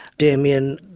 damien.